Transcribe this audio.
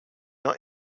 not